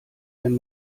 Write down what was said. wenn